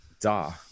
da